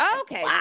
Okay